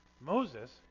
Moses